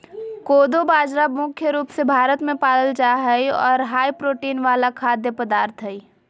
कोदो बाजरा मुख्य रूप से भारत मे पाल जा हय आर हाई प्रोटीन वाला खाद्य पदार्थ हय